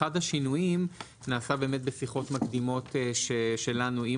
אחד השינויים נעשה באמת בשיחות מקדימות שלנו עם